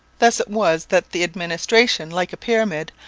thus it was that the administration, like a pyramid,